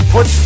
Put